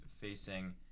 facing